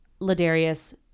Ladarius